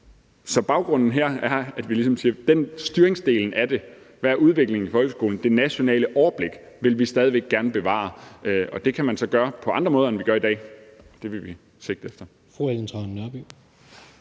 Baggrunden her er, at vi ligesom siger, at styringsdelen af det – hvad udviklingen er i folkeskolen; det nationale overblik – vil vi stadig væk gerne bevare. Det kan man så gøre på andre måder, end vi gør i dag, og det vil vi sigte efter.